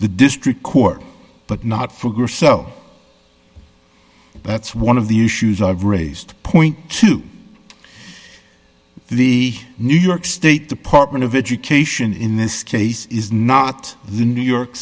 the district court but not for grosso that's one of the issues i've raised point two the new york state department of education in this case is not the new york